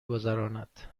گذراند